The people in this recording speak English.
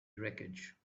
wreckage